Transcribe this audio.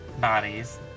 bodies